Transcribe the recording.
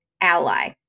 ally